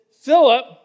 Philip